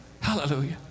Hallelujah